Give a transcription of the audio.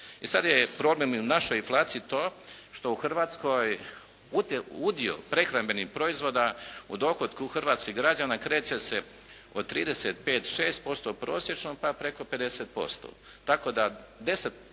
E sada je problem i u našoj inflaciji to što u Hrvatskoj udio prehrambenih proizvoda u dohotku hrvatskih građana kreće se od trideset, pet, šest